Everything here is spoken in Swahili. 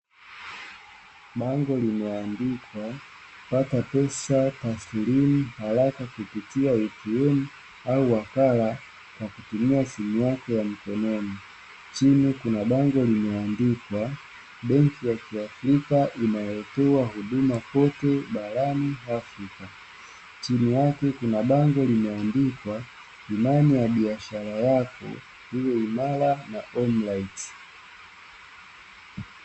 Bango limeandikwa pata pesa taslimu haraka kupitia "ATM" au wakala kwa kutumia simu yako ya mkononi. Chini kuna bango limeandikwa benki ya kiafrika inayotoa huduma kote barani afrika. Chini yake kuna bango limeandikwa imani ya biashara yako iwe imara na onlait.